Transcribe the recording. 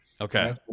okay